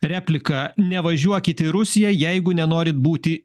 repliką nevažiuokit į rusiją jeigu nenorit būti